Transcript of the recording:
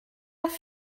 heure